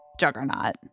Juggernaut